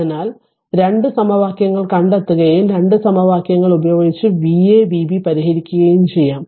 അതിനാൽ 2 സമവാക്യങ്ങൾ കണ്ടെത്തുകയും 2 സമവാക്യങ്ങൾ ഉപയോഗിച്ച് Va Vb പരിഹരിക്കുകയും ചെയ്യാം